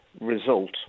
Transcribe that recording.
result